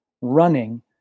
running